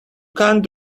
can’t